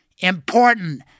important